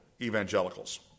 evangelicals